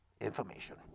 information